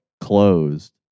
closed